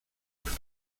barco